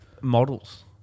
Models